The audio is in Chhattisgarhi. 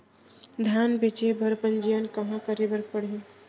धान बेचे बर पंजीयन कहाँ करे बर पड़ही?